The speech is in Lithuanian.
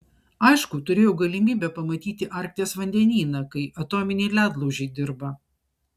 aišku turėjau galimybę pamatyti arkties vandenyną kai atominiai ledlaužiai dirba